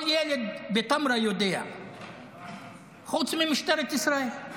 כל ילד בטמרה יודע חוץ ממשטרת ישראל.